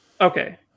okay